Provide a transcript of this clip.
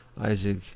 Isaac